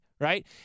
right